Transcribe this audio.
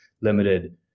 limited